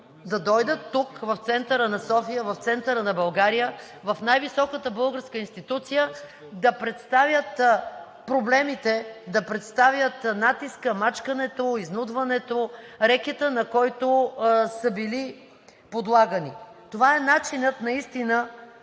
да дойдат тук в центъра на София, в центъра на България, в най-високата българска институция да представят проблемите, да представят натиска, мачкането, изнудването, рекета, на който са били подлагани. Това е начинът наистина